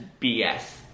BS